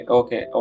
okay